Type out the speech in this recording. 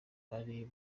bari